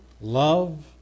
love